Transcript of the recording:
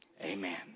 Amen